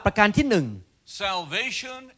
Salvation